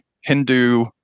Hindu